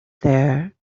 there